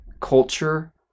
culture